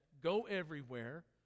go-everywhere